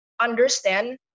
understand